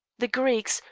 the greeks,